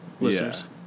listeners